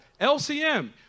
LCM